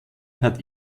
hat